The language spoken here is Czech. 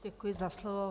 Děkuji za slovo.